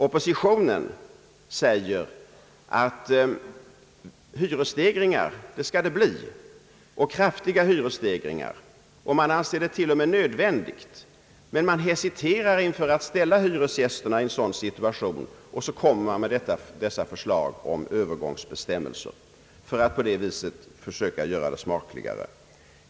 Oppositionen säger att det skall bli kraftiga hyresstegringar. Man anser t.o.m. detta nödvändigt. Men man hesiterar inför att ställa hyresgästerna i en sådan situation, och så kommer man med förslag om Öövergångsbestämmelser för att göra det smakligare.